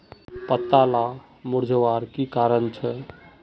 पत्ताला मुरझ्वार की कारण छे?